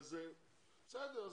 בסדר.